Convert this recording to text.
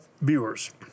viewers